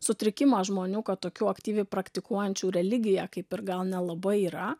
sutrikimą žmonių kad tokių aktyviai praktikuojančių religiją kaip ir gal nelabai yra